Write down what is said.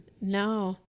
no